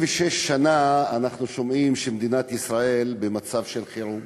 66 שנה אנחנו שומעים שמדינת ישראל במצב חירום,